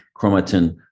chromatin